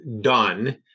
done